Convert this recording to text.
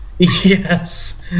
yes